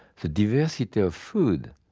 the diversity of food